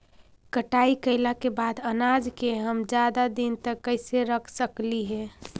कटाई कैला के बाद अनाज के हम ज्यादा दिन तक कैसे रख सकली हे?